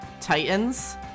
Titans